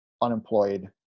unemployed